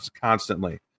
constantly